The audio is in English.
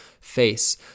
face